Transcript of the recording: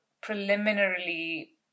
preliminary